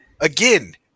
Again